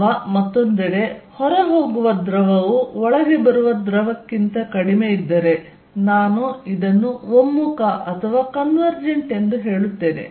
ಅಥವಾ ಮತ್ತೊಂದೆಡೆ ಹೊರಹೋಗುವ ದ್ರವವು ಒಳಗೆ ಬರುವ ದ್ರವಕ್ಕಿಂತ ಕಡಿಮೆಯಿದ್ದರೆ ನಾನು ಇದನ್ನು ಒಮ್ಮುಖ ಅಥವಾ ಕನ್ವೆರ್ಜೆಂಟ್ ಎಂದು ಹೇಳುತ್ತೇನೆ